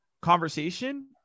conversation